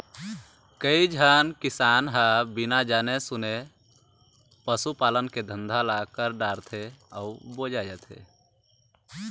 कइझन किसान ह बिना जाने सूने पसू पालन के धंधा ल कर डारथे अउ बोजा जाथे